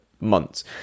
months